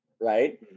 right